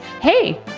Hey